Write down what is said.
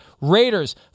Raiders